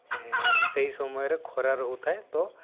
ସେହି ସମୟରେ ଖରା ରାହୁଥାଏ ତ